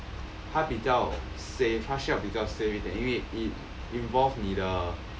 他比较 safe 他需要比较 safe 一点因为 it involve 你的